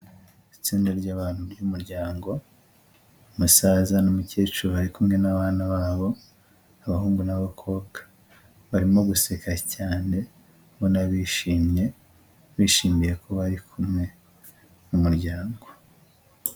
Itsinda ry'abantu ry'umuryango, umusaza n'umukecuru bari kumwe n'abana babo, abahungu n'abakobwa, barimo guseka cyane ubona bishimye, bishimiye ko bari kumwe nk'umuryango.